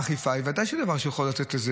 האכיפה ודאי שהיא דבר יכולה לצמצם.